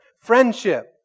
friendship